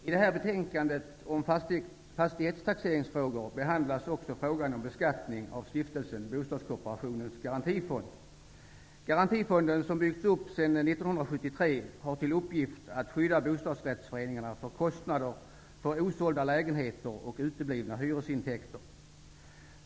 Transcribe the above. Herr talman! I det här betänkandet om fastighetstaxeringsfrågor behandlas också frågan om beskattning av Stiftelsen Garantifonden, som har byggts upp sedan 1973, har till uppgift att skydda bostadsrättsföreningarna mot kostnader för osålda lägenheter och uteblivna hyresintäkter.